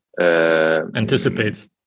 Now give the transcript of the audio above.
Anticipate